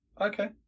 Okay